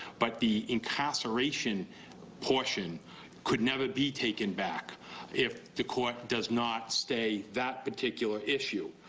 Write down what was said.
but the incarceration portion could never be taken back if the court does not state that particular issue.